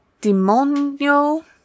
Demonio